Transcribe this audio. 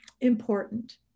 important